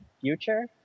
future